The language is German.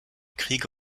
kriege